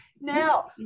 now